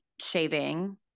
shaving